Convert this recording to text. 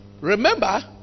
remember